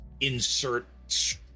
insert